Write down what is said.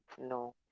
No